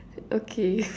okay